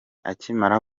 akimara